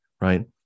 right